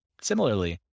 Similarly